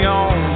on